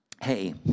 Hey